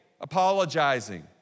apologizing